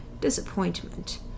Disappointment